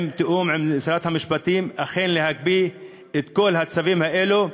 בתיאום עם שרת המשפטים, להקפיא את כל הצווים האלה,